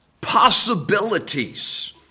possibilities